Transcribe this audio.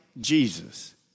Jesus